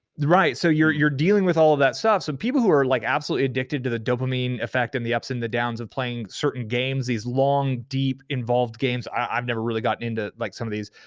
right, so you're you're dealing with all of that stuff. so people who are like absolutely addicted to the dopamine effect and the ups and the downs of playing certain games, these long, deep, involved games, i've never really gotten into like some of these,